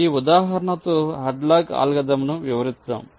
ఈ ఉదాహరణతో హాడ్లాక్ అల్గోరిథంను వివరిద్దాం